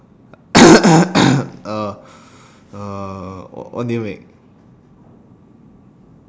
uh uhh